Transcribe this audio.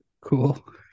Cool